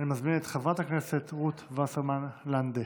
אני מזמין את חברת הכנסת רות וסרמן לנדה